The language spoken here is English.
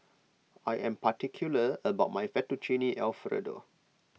I am particular about my Fettuccine Alfredo